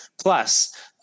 Plus